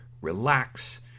relax